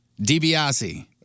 DiBiase